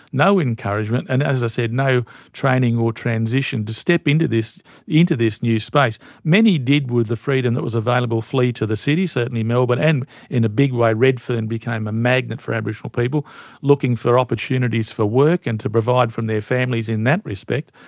no encouragement and, as i said, no training or transition to step into this into this new space. many did, with the freedom that was available, flee to the city, certainly melbourne but and in a big way redfern became a magnet for aboriginal people looking for opportunities for work and to provide for their families in that respect.